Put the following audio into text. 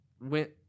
went